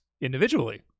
individually